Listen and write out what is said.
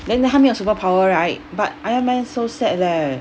then 他没有 superpower right but iron man so sad leh